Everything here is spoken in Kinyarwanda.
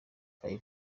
five